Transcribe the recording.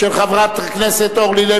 התשס"ט 2009,